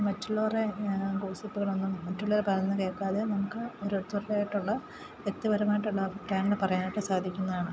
മറ്റുള്ളവരുടെ ഗോസിപ്പുകളൊന്നും മറ്റുള്ളവർ പറയുന്നതു കേൾക്കാതെ നമുക്ക് ഓരൊരുത്തരുടെ ആയിട്ടുള്ള വ്യക്തിപരമായിട്ടുള്ള അഭിപ്രായങ്ങൾ പറയാനായിട്ടു സാധിക്കുന്നതാണ്